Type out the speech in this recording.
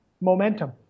momentum